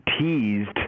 teased